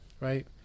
right